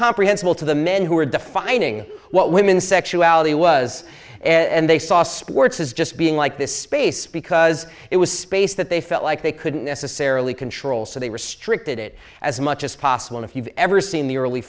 comprehensible to the men who were defining what women's sexuality was and they saw sports as just being like this space because it was space that they felt like they couldn't necessarily control so they restricted it as much as possible if you've ever seen the early